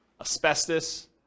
asbestos